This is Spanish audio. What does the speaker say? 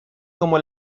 como